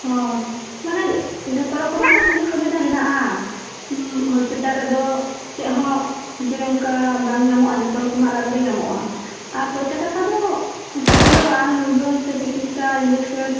ᱦᱳᱭ ᱢᱟᱱᱮ ᱡᱚᱛᱚ ᱨᱚᱠᱚᱢᱟᱜ ᱜᱮ ᱥᱩᱡᱳᱜᱽ ᱥᱩᱵᱤᱫᱟ ᱦᱮᱱᱟᱜᱼᱟ ᱦᱳᱥᱯᱤᱴᱟᱞ ᱨᱮᱫᱚ ᱪᱮᱫ ᱦᱚᱸ ᱡᱮ ᱚᱱᱠᱟ ᱵᱟᱝ ᱧᱟᱢᱚᱜᱼᱟ ᱡᱚᱛᱚ ᱨᱚᱠᱚᱢᱟᱜ ᱨᱟᱱ ᱜᱮ ᱧᱟᱢᱚᱜᱼᱟ ᱟᱨ ᱯᱚᱭᱥᱟ ᱴᱟᱠᱟ ᱫᱚ ᱦᱳᱥᱯᱤᱴᱟᱞ ᱨᱮᱫᱚ ᱨᱟᱱ ᱢᱩᱨᱜᱟᱹᱱ ᱥᱮ ᱪᱤᱠᱤᱛᱥᱟ ᱤᱱᱡᱮᱠᱥᱮᱱ